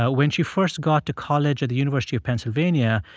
ah when she first got to college at the university of pennsylvania,